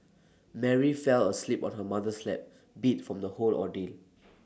Mary fell asleep on her mother's lap beat from the whole ordeal